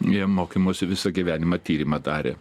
jie mokymosi visą gyvenimą tyrimą darė